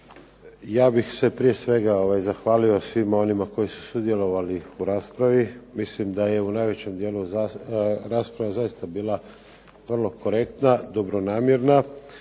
Ja bih se prije svega zahvalio svima onima koji su sudjelovali u raspravi. Mislim da je u najvećem dijelu rasprava zaista bila vrlo korektna, dobronamjerna